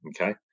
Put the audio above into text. okay